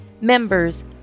members